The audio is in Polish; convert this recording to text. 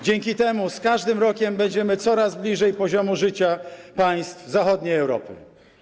Dzięki temu z każdym rokiem będziemy coraz bliżej poziomu życia państw zachodniej Europy.